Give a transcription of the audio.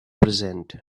present